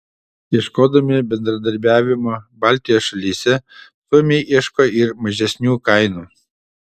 ieškodami bendradarbiavimo baltijos šalyse suomiai ieško ir mažesnių kainų